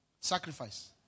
Sacrifice